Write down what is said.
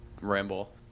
ramble